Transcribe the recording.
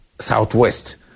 Southwest